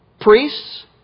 Priests